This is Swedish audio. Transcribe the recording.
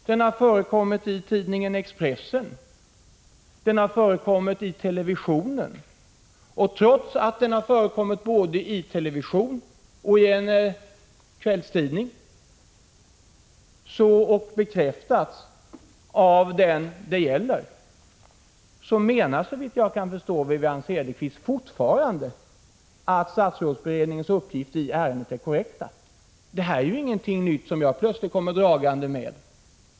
Herr talman! Den uppgift jag citerar är inte alls privat. Den har förekommit i tidningen Expressen och i televisionen. Trots att den har förekommit både i televisionen och i en kvällstidning och bekräftats av den det gäller menar, såvitt jag kan förstå, Wivi-Anne Cederqvist fortfarande att statsrådsberedningens uppgifter i ärendet är korrekta. Detta är ingenting nytt som jag plötsligt kommer dragande med.